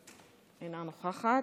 אינה נוכחת.